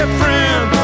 friend